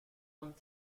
want